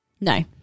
no